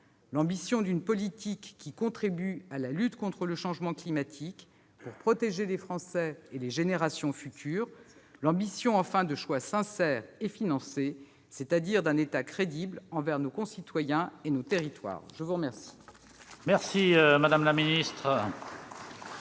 L'ambition d'une politique qui contribue à la lutte contre le changement climatique pour protéger les Français et les générations futures. L'ambition, enfin, de choix sincères et financés, c'est-à-dire d'un État crédible envers nos concitoyens et nos territoires. Nous allons